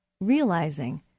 realizing